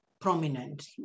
prominent